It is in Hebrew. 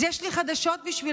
אז יש לי חדשות בשבילך,